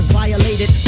violated